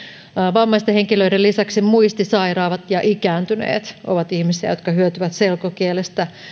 vammaisten henkilöiden lisäksi muistisairaat ja ikääntyneet ovat ihmisiä jotka hyötyvät selkokielestä